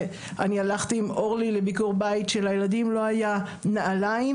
ואני הלכתי עם אורלי לביקור בית שלילדים לא היה נעליים,